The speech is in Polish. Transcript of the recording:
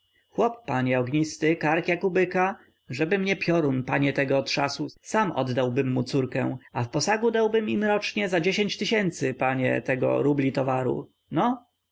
ognisty kark jak u byka żeby mnie piorun panie tego trzasł sam oddałbym mu córkę a w posagu dałbym im rocznie za dziesięć tysięcy panie tego rubli towaru no